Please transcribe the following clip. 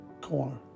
corner